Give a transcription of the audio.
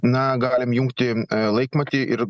na galim jungti laikmatį ir